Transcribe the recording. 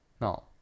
No